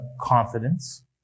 confidence